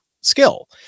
skill